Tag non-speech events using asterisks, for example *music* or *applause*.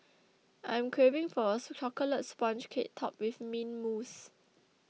I am craving *unintelligible* a Chocolate Sponge Cake Topped with Mint Mousse